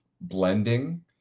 blending